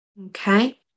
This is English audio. Okay